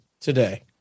today